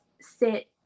sit